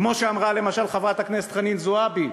כמו שאמרה, למשל, חברת הכנסת חנין זועבי,